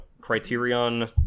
Criterion